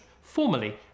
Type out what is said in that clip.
formally